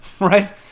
right